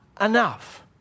enough